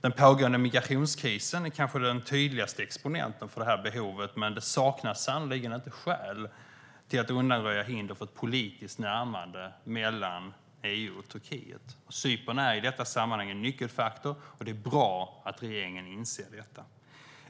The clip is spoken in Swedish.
Den pågående migrationskrisen är kanske den tydligaste exponenten för behovet. Men det saknas sannerligen inte skäl till att undanröja hinder för ett politiskt närmande mellan EU och Turkiet. Cypern är i detta sammanhang en nyckelfaktor, och det är bra att regeringen inser detta.